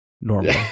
normal